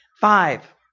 Five